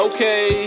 Okay